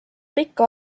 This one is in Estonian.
pikka